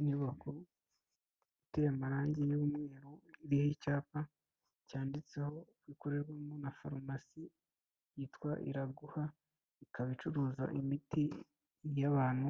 Inyubako iteye amarangi y'umweru iriho icyapa cyanditseho gikorerwamo na farumasi yitwa Iraguha ikaba icuruza imiti y'abantu